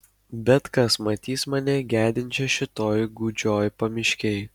bet kas matys mane gedinčią šitoj gūdžioj pamiškėj